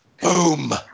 boom